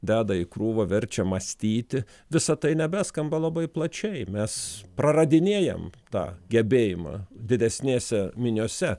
deda į krūvą verčia mąstyti visa tai nebeskamba labai plačiai mes praradinėjam tą gebėjimą didesnėse miniose